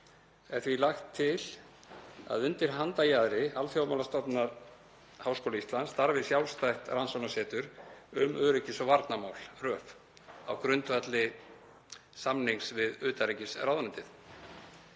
Er því lagt til að undir handarjaðri Alþjóðamálastofnunar Háskóla Íslands starfi sjálfstætt rannsóknasetur um öryggis- og varnarmál (RÖV) á grundvelli samnings við utanríkisráðuneytið.